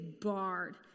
barred